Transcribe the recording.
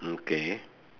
okay